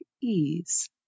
ease